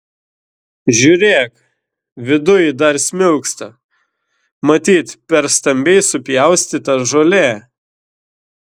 žiūrėk viduj dar smilksta matyt per stambiai supjaustyta žolė